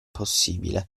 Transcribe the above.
possibile